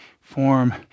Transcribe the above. form